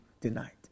tonight